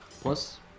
Plus